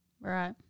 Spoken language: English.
Right